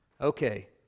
Okay